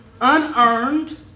unearned